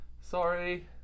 Sorry